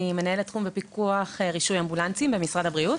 אני מנהלת תחום פיקוח ורישוי אמבולנסים במשרד הבריאות.